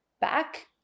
back –